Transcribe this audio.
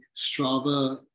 Strava